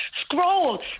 scroll